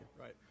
Right